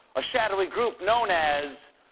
a shadowy group known as,